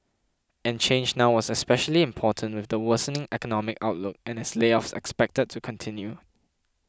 and change now was especially important with the worsening economic outlook and as layoffs expected to continued